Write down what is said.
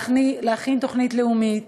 להכין תוכנית לאומית,